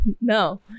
No